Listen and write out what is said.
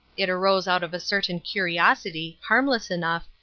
it arose out of a certain curiosity, harmless enough,